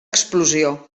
explosió